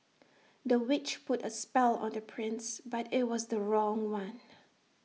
the witch put A spell on the prince but IT was the wrong one